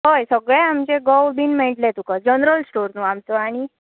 हय सगळें आमचे गोंव बी मेळटलें तुका जनरल स्टोर न्हय आमचो आनी